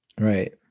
Right